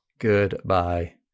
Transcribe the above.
Goodbye